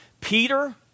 Peter